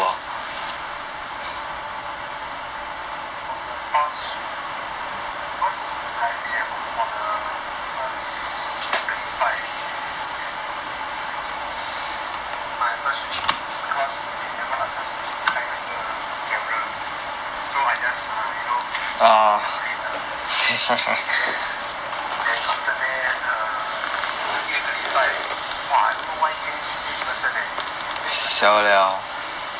err from the past cause I have been at home for the first 两个礼拜 then I think my first week because they never ask us to 开那个 camera so I just err you know no discipline lah then then after that err 第二个礼拜 !wah! I don't know why change change person in change person then